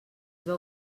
veu